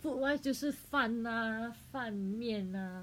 food wise 就是饭啊饭面啊